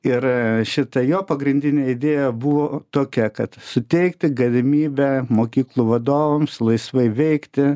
ir šita jo pagrindinė idėja buvo tokia kad suteikti galimybę mokyklų vadovams laisvai veikti